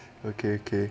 okay okay